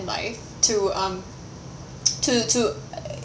in life to um to to